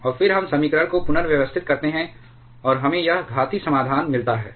और फिर हम समीकरण को पुनर्व्यवस्थित करते हैं और हमें यह घातीय समाधान मिलता है